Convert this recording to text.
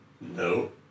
No